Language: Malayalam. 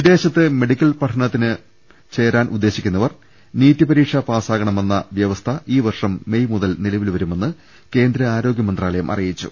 വിദേശത്ത് മെഡിക്കൽ പഠനത്തിന് ചേരാൻ ഉദ്ദേശിക്കു ന്നവർ നീറ്റ് പരീക്ഷ പാസ്സാകണമെന്ന വ്യവസ്ഥ ഈ വർഷം മെയ് മുതൽ നിലവിൽ വർമെന്ന് കേന്ദ്ര ആരോഗ്യ മന്ത്രാ ലയം അറിയിച്ചു